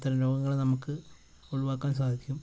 അത്തരം രോഗങ്ങൾ നമുക്ക് ഒഴിവാക്കാൻ സാധിക്കും